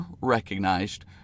recognized